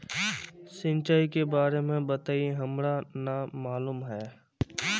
सिंचाई के बारे में बताई हमरा नय मालूम है?